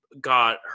got